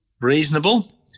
reasonable